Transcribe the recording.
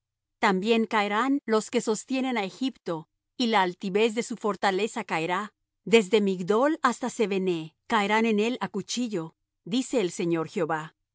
también caerán los que sostienen á egipto y la altivez de su fortaleza caerá desde migdol hasta seveneh caerán en él á cuchillo dice el señor jehová